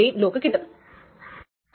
അപ്പോൾ ഇത് ഒപ്പ്സല്യൂട്ട് ആണ്